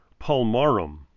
palmarum